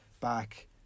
back